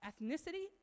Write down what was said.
Ethnicity